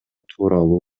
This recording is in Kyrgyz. тууралуу